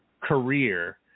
career